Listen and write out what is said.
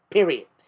Period